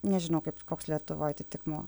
nežinau kaip koks lietuvoj atitikmuo